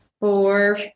four